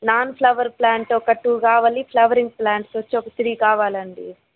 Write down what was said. non flower plant ఒక two కావాలి flowering plants వచ్చి ఒక త్రీ కావాలండి